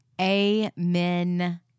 Amen